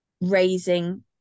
raising